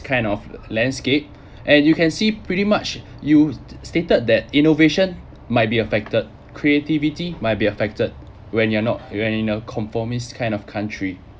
kind of landscape and you can see pretty much you stated that innovation might be affected creativity might be affected when you're not when you're in a conformist kind of country